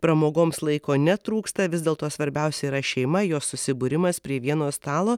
pramogoms laiko netrūksta vis dėlto svarbiausia yra šeima jos susibūrimas prie vieno stalo